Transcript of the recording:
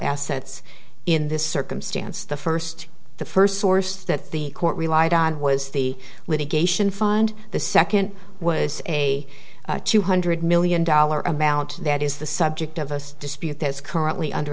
assets in this circumstance the first the first source that the court relied on was the litigation fund the second was a two hundred million dollar amount that is the subject of this dispute that is currently under